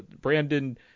Brandon